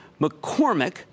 McCormick